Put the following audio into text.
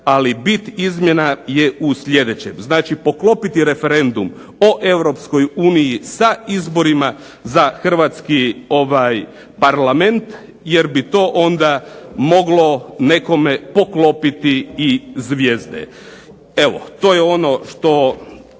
ali bit izmjena je u sljedećem: znači poklopiti referendum o EU sa izborima za Hrvatski parlament jer bi to onda moglo nekome poklopiti i zvijezde. Evo, to je ono što